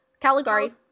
Caligari